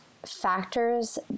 Factors